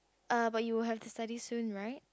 uh but you will have to study soon right